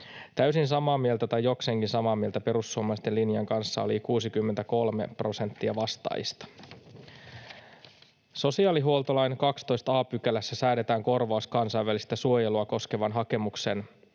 Täysin samaa mieltä tai jokseenkin samaa mieltä perussuomalaisten linjan kanssa oli 63 prosenttia vastaajista. Sosiaalihuoltolain 12 a §:ssä säädetään korvaus kansainvälistä suojelua koskevaan hakemukseen